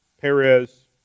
Perez